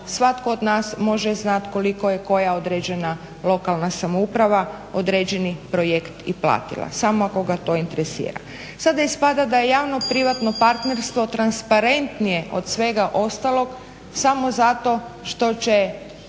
svatko od nas može znati koliko je koja određena lokalna samouprava, određeni projekt i platila, samo ako ga to intersira. Sada ispada da je javno-privatno partnerstvo transparentnije od svega ostalog samo zato što će